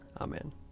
Amen